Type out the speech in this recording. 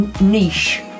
Niche